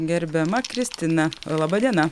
gerbiama kristina laba diena